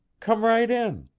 come right in.